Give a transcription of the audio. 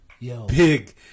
Big